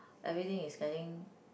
everything is getting